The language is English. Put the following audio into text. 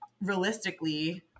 Realistically